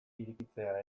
irekitzea